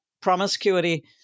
promiscuity